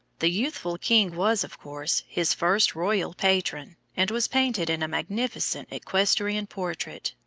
the youthful king was, of course, his first royal patron, and was painted in a magnificent equestrian portrait,